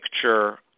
picture